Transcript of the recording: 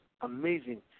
amazing